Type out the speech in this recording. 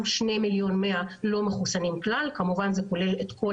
לא מחוסנים כוללים את מי